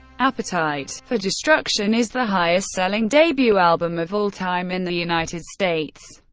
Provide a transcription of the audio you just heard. appetite for destruction is the highest-selling debut album of all time in the united states.